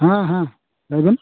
ᱦᱮᱸ ᱦᱮᱸ ᱞᱟᱹᱭᱵᱮᱱ